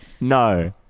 No